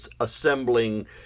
assembling